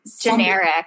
generic